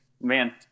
Man